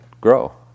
grow